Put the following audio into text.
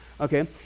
okay